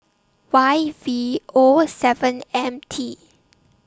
Y V O seven M T